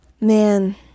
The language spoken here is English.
Man